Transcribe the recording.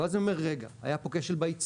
ואז אני אומר רגע, היה פה כשל בייצור.